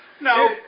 No